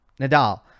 Nadal